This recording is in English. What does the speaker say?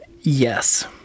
yes